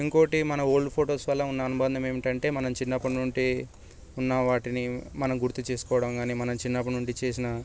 ఇంకోటి మన old photos వల్ల ఉన్న అనుబంధం ఏమిటంటే మనం చిన్నప్పటినుంచి ఉన్నవాటిని మనం గుర్తు చేసుకోవడంగాని మనం చిన్నప్పుడు నుండి చేసిన